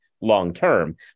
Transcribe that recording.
long-term